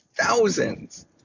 thousands